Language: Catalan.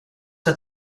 que